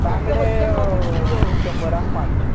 बांगडे शंबराक पांच